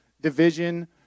division